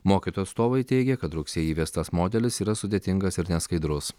mokytojų atstovai teigia kad rugsėjį įvestas modelis yra sudėtingas ir neskaidrus